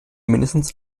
mindestens